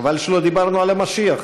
חבל שלא דיברנו על המשיח,